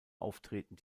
auftreten